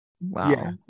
Wow